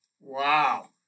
Wow